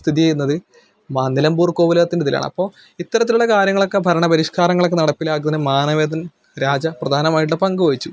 സ്ഥിതി ചെയ്യുന്നത് മ നിലമ്പൂര് കോവിലകത്തിന്റെ ഇതിലാണ് അപ്പോൾ ഇത്തരത്തിലുള്ള കാര്യങ്ങളക്കെ ഭരണ പരിഷ്കാരങ്ങളൊക്കെ നടപ്പിലാക്കുന്നെന്ന് മാനവേദൻ രാജ പ്രധാനമായിട്ടുള്ള പങ്ക് വഹിച്ചു